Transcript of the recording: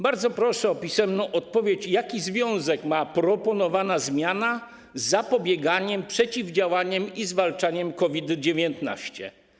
Bardzo proszę o pisemną odpowiedź na pytanie: Jaki związek mają proponowane zmiany z zapobieganiem, przeciwdziałaniem i zwalczaniem COVID-19?